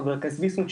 חבר הכנסת ביסמוט,